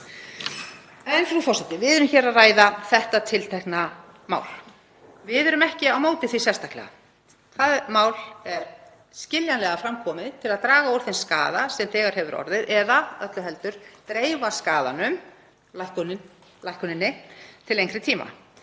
En, frú forseti, við erum hér að ræða þetta tiltekna mál. Við erum ekki á móti því sérstaklega. Það er skiljanlega fram komið til að draga úr þeim skaða sem þegar hefur orðið eða öllu heldur að dreifa skaðanum, lækkuninni, til lengri tíma.